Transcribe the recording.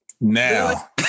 Now